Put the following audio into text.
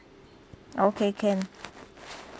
okay can